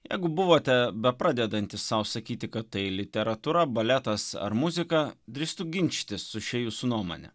jeigu buvote bepradedanti sau sakyti kad tai literatūra baletas ar muzika drįstu ginčytis su šia jūsų nuomone